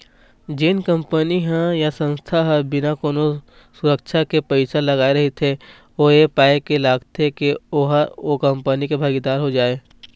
जेन कंपनी ह या संस्था ह बिना कोनो सुरक्छा के पइसा लगाय रहिथे ओ ऐ पाय के लगाथे के ओहा ओ कंपनी के भागीदार हो जाय